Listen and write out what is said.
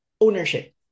ownership